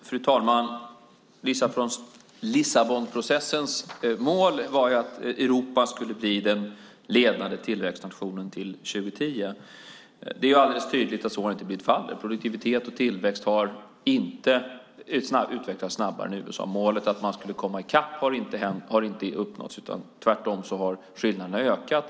Fru talman! Lissabonprocessens mål var att Europa skulle bli den ledande tillväxtnationen till 2010. Det är tydligt att så inte har blivit fallet. Produktivitet och tillväxt har inte utvecklats snabbare än i USA. Målet att man skulle komma i kapp har inte uppnåtts, utan tvärtom har skillnaderna ökat.